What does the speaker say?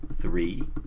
three